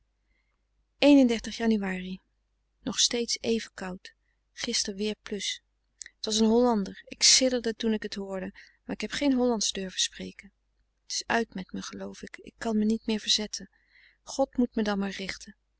jan nog steeds even koud gister weer het was een hollander ik sidderde toen ik t hoorde maar ik heb geen hollandsch durven spreken het is uit met me geloof ik ik kan me niet meer verzetten god moet me dan maar richten